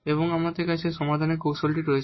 এবং এখন আমাদের কাছে সমাধানের কৌশল রয়েছে